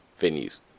venues